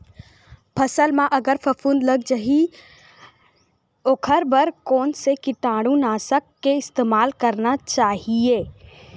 फसल म अगर फफूंद लग जा ही ओखर बर कोन से कीटानु नाशक के इस्तेमाल करना चाहि?